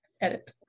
edit